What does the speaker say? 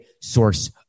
source